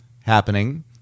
happening